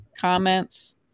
comments